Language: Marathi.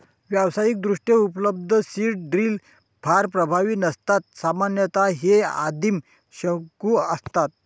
व्यावसायिकदृष्ट्या उपलब्ध सीड ड्रिल फार प्रभावी नसतात सामान्यतः हे आदिम शंकू असतात